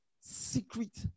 secret